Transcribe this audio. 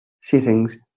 settings